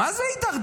מה זה הידרדרו.